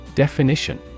Definition